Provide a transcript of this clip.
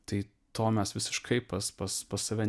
tai to mes visiškai pas pas pas save